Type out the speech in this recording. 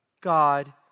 God